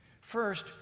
First